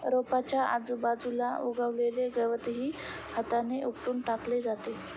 रोपाच्या आजूबाजूला उगवलेले गवतही हाताने उपटून टाकले जाते